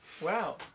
Wow